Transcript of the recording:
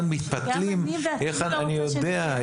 גם אני בעצמי לא רוצה שנגיע לשם.